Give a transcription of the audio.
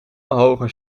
hoger